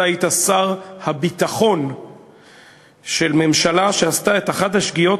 אתה היית שר הביטחון של ממשלה שעשתה את אחת השגיאות